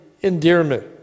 endearment